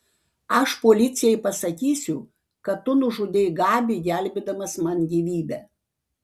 aš policijai pasakysiu kad tu nužudei gabį gelbėdamas man gyvybę